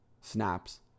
snaps